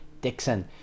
Dixon